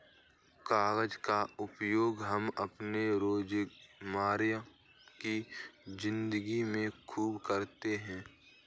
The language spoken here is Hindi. कागज का उपयोग हम अपने रोजमर्रा की जिंदगी में खूब करते हैं